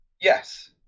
Yes